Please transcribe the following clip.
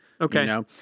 Okay